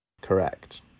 Correct